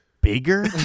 bigger